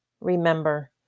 remember